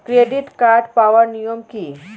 Credit card পাওয়ার নিয়ম কী?